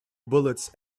bullets